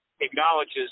acknowledges